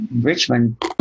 Richmond